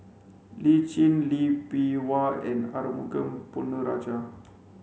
Lee Tjin Lee Bee Wah and Arumugam Ponnu Rajah